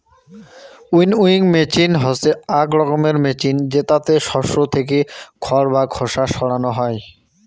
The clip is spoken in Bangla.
উইনউইং মেচিন হসে আক রকমের মেচিন জেতাতে শস্য থেকে খড় বা খোসা সরানো হই